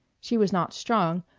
she was not strong,